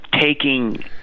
taking